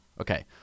Okay